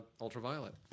Ultraviolet